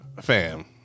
Fam